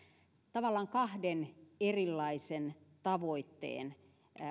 tavallaan kahden erilaisen tavoitteen